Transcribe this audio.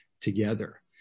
together